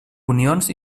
unions